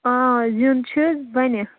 آ زیُن چھِ بَنہِ